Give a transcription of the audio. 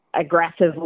aggressively